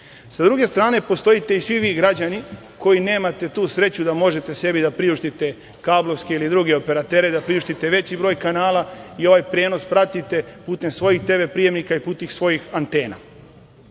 druge strane, postojite i svi vi građani koji nemate tu sreću da možete sebi da priuštite kablovske ili druge operatere, da priuštite veći broj kanala i ovaj prenos pratite putem svojim tv prijemnika i putem svojim antena.